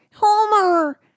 Homer